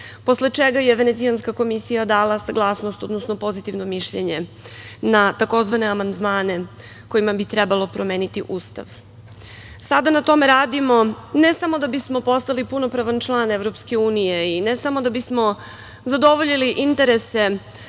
posle čega je Venecijanska komisija dala saglasnost, odnosno pozitivno mišljenje na tzv. amandmane kojima bi trebalo promeniti Ustav. Sada na tome radimo ne samo da bismo postali punopravan član EU i ne samo da bismo zadovoljili zahteve